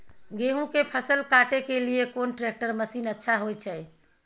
गेहूं के फसल काटे के लिए कोन ट्रैक्टर मसीन अच्छा होय छै?